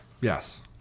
Yes